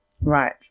Right